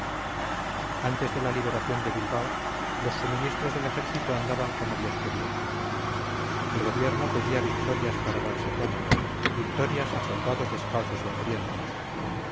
antes de la liberación de bilbao los suministros del ejército andaban como dios quería el gobierno pedía victorias para darse tono victorias a soldados descalzos y hambrientos